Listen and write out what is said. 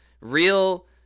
real